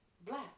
black